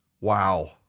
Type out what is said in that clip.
Wow